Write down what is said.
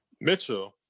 Mitchell